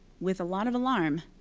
with a lot of alarm,